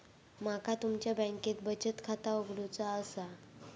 माका तुमच्या बँकेत बचत खाता उघडूचा असा?